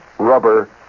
rubber